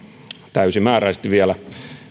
täysimääräisesti vielä